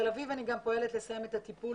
בתל אביב אני גם פועלת לסיים את הטיפול